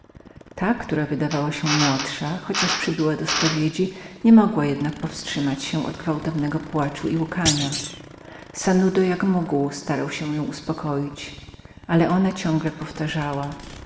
ta która wydawała się młodszą chociaż przybyła do spowiedzi nie mogła jednak powstrzymać się od gwałtownego płaczu i łkania sanudo jak mógł starał się ją uspokoić ale ona ciągle powtarzała